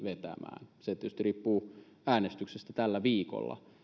vetämään se tietysti riippuu äänestyksestä tällä viikolla